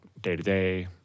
day-to-day